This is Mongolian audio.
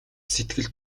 сэтгэл